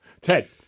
Ted